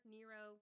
Nero